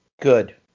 Good